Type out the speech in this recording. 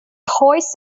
hoist